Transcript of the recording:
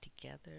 together